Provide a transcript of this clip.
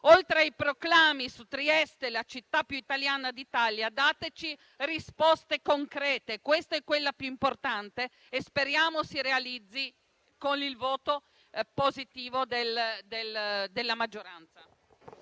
Oltre a fare proclami su Trieste, la città più italiana d'Italia, dateci risposte concrete; questa è quella più importante e speriamo si realizzi con il voto positivo della maggioranza.